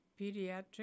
Pediatric